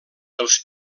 els